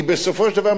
כי בסופו של דבר,